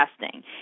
testing